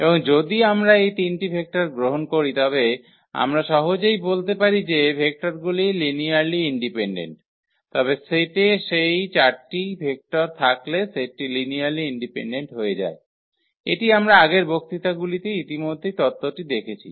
এবং যদি আমরা এই 3 টি ভেক্টর গ্রহণ করি তবে আমরা সহজেই তাদের বলতে পারি যে ভেক্টরগুলি লিনিয়ারলি ইন্ডিপেন্ডেন্ট তবে সেটে সেই 4 টি ভেক্টর থাকলে সেটটি লিনিয়ারলি ইন্ডিপেন্ডেন্ট হয়ে যায় এটি আমরা আগের বক্তৃতাগুলিতে ইতিমধ্যেই তত্ত্বটি দেখেছি